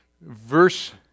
verse